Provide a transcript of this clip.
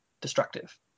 destructive